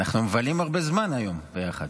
אנחנו מבלים הרבה זמן היום ביחד.